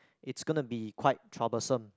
it's gonna be quite troublesome